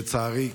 לצערי,